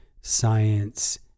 science